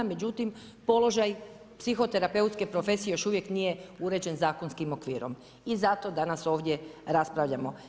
Međutim, položaj psihoterapeutske profesije još uvijek nije uređen zakonskim okvirom i zato danas ovdje raspravljamo.